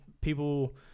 people